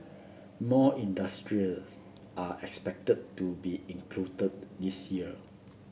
more industries are expected to be included this year